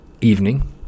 Evening